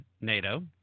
NATO